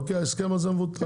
ההסכם הזה מבוטל.